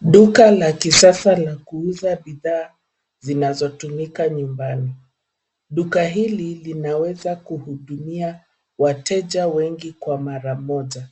Duka la kisasa lakuuza bidhaa zinazo tumika nyumbani. Duka hili inaweza kuhudumia wateja wengi kwa mara moja.